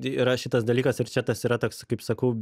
yra šitas dalykas ir čia tas yra toks kaip sakau